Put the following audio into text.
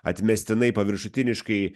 atmestinai paviršutiniškai